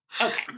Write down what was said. Okay